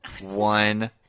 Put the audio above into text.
one